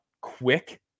quick